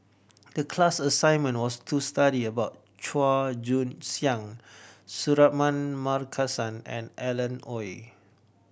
the class assignment was to study about Chua Joon Siang Suratman Markasan and Alan Oei